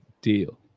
deal